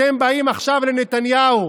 אתם באים עכשיו לנתניהו,